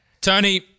Tony